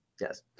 Yes